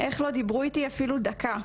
איך לא דיברו איתי אפילו דקה?